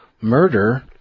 murder